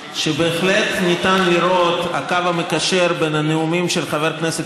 שבהחלט ניתן לראות את הקו המקשר בין הנאומים של חבר הכנסת